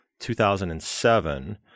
2007